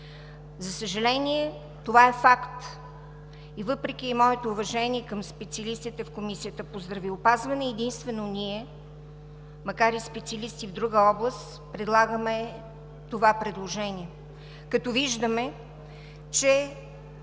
За съжаление, това е факт. Въпреки моето уважение към специалистите в Комисията по здравеопазване, единствено ние, макар и специалисти в друга област, правим това предложение, като виждаме, че